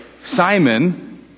Simon